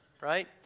right